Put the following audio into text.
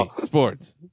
Sports